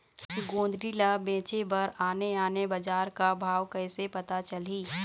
गोंदली ला बेचे बर आने आने बजार का भाव कइसे पता चलही?